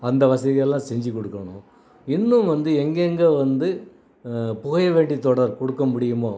அந்த வசதிகளெலாம் செஞ்சுக் குடுக்கோணம் இன்னும் வந்து எங்கெங்கே வந்து புகை வண்டித்தொடர் கொடுக்க முடியுமோ